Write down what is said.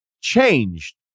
changed